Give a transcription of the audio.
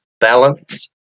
Balance